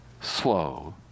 Slow